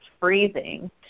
freezing